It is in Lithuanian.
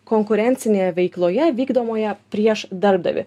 konkurencinėje veikloje vykdomoje prieš darbdavį